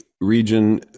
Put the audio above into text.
region